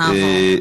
נעבור.